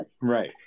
Right